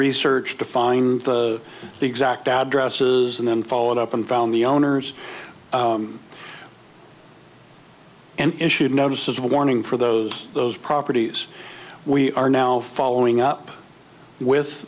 research to find the exact addresses and then followed up and found the owners and issued notices warning for those those properties we are now following up with